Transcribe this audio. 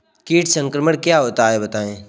कीट संक्रमण क्या होता है बताएँ?